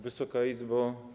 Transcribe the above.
Wysoka Izbo!